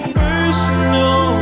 personal